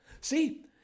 See